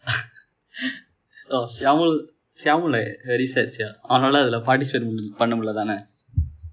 oh syamul syamul like very sad sia அவனால் இதில்:avanaal ithil participate பன்ன பன்ன முடியவில்லை தானே:paana panna mudiyalvillai thaane